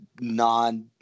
non